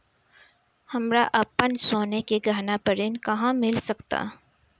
हमरा अपन सोने के गहना पर ऋण कहां मिल सकता?